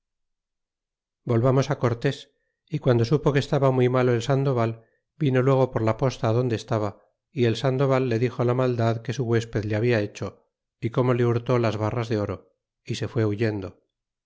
volvamos cortés ó guando supo que estaba muy malo el sandoval vino luego por la posta adonde estaba y el sandoval le dixo la maldad que su huesped le habia hecho y como le hurtó las barras de oro y se fué huyendo